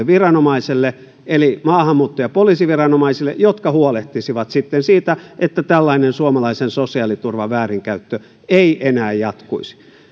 viranomaiselle eli maahanmuutto ja poliisiviranomaisille jotka huolehtisivat sitten siitä että tällainen suomalaisen sosiaaliturvan väärinkäyttö ei enää jatkuisi